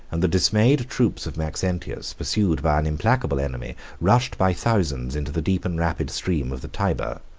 and the dismayed troops of maxentius, pursued by an implacable enemy, rushed by thousands into the deep and rapid stream of the tyber.